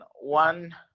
one